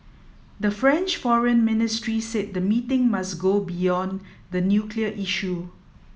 the French Foreign Ministry said the meeting must go beyond the nuclear issue